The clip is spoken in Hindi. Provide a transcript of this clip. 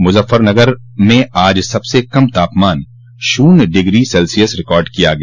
मुजफ्फरनगर में आज सबसे कम तापमान शून्य दशमलव चार डिग्री सेल्सियस रिकार्ड किया गया